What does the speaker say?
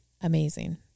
Amazing